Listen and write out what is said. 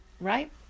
right